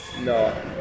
no